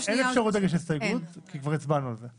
אין אפשרות להגיש הסתייגות כי כבר הצבענו על זה.